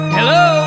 Hello